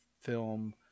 film